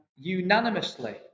Unanimously